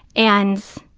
and